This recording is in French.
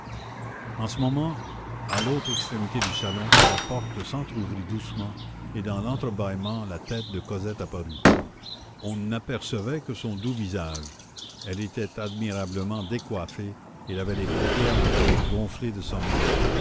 en ce moment à l'autre extrémité du salon la porte s'entrouvrit doucement et dans l'entre-bâillement la tête de cosette apparut on n'apercevait que son doux visage elle était admirablement décoiffée elle avait les paupières encore gonflées de sommeil